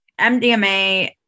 MDMA